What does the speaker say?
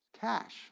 cash